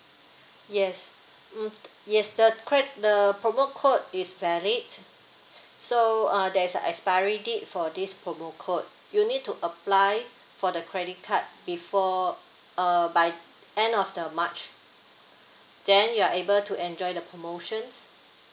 yes mm yes the cre~ the promo code is valid so uh there's a expiry date for this promo code you need to apply for the credit card before uh by end of the march then you are able to enjoy the promotions